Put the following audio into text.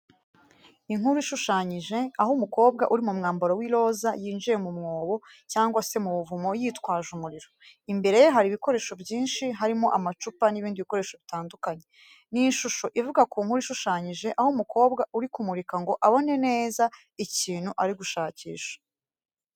Inkuru ishushanyije, aho umukobwa uri mu mwambaro w’iroza yinjiye mu mwobo, cyangwa se mu buvumo yitwaje umuriro. Imbere ye hari ibikoresho byinshi, harimo amacupa n’ibindi bikoresho bitandukanye. Ni ishusho ivuga ku nkuru ishushanyije, aho umukobwa ari kumurika ngo abone neza ikintu ari gushakisha.